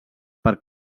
per